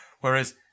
Whereas